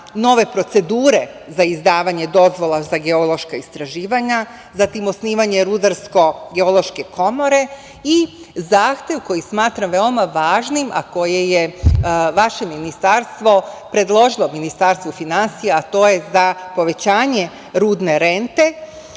nove procedure za izdavanje dozvola za geološka istraživanja, zatim osnivanje Rudarsko-geološke komore i zahtev koji smatram veoma važnim, a koje je vaše Ministarstvo predložilo Ministarstvu finansija, a to je za povećanje rudne rente